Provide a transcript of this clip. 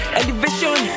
elevation